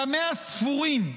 ימיה ספורים,